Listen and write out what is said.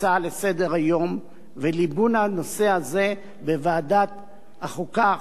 הצעה לסדר-היום ולליבון הנושא הזה בוועדת החוקה,